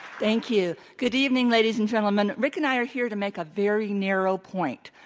thank you. good evening, ladies and gentlemen. rick and i are here to make a very narrow point,